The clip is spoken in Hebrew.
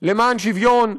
למען שוויון,